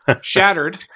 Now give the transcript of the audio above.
shattered